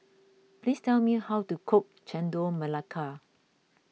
please tell me how to cook Chendol Melaka